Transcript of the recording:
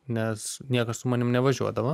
nes niekas su manim nevažiuodavo